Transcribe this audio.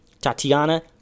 Tatiana